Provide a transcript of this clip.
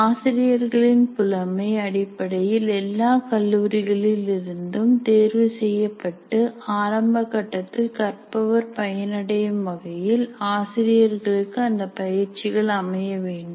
ஆசிரியர்களின் புலமை அடிப்படையில் எல்லா கல்லூரிகளில் இருந்தும் தேர்வு செய்யப்பட்டு ஆரம்பகட்டத்தில் கற்பவர் பயனடையும் வகையில் ஆசிரியர்களுக்கு அந்த பயிற்சிகள் அமைய வேண்டும்